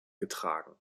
getragen